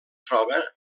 troba